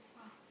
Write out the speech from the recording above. !wow!